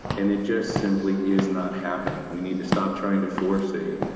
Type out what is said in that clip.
and it just simply is not happening. we need to stop trying to force a